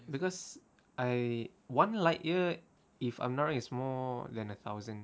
because I one light year if I'm not wrong is more than a thousand